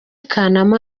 kanama